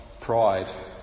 pride